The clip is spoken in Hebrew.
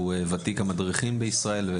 שהוא ותיק המדריכים בישראל,